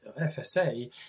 FSA